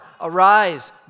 Arise